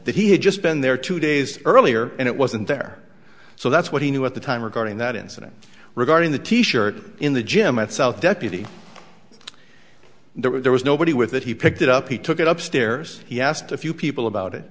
that he had just been there two days earlier and it wasn't there so that's what he knew at the time regarding that incident regarding the t shirt in the gym at south deputy there was nobody with that he picked it up he took it up stairs he asked a few people about it